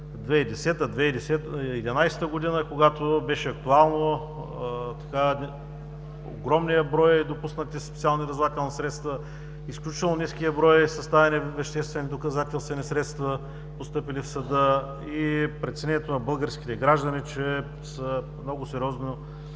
2010 – 2011 г., когато беше актуален огромният брой допуснати специални разузнавателни средства, изключително ниският брой съставяне на веществени доказателствени средства, постъпили в съда, и преценката на българските граждани, че са много сериозно